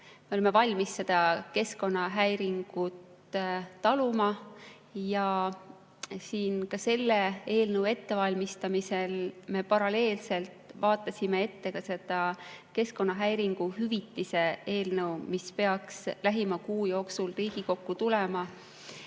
me oleme valmis seda keskkonnahäiringut taluma. Siin selle eelnõu ettevalmistamisel me paralleelselt vaatasime ette ka seda keskkonnahäiringu hüvitise eelnõu, mis peaks lähima kuu jooksul Riigikokku tulema,